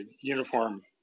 uniform